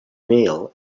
male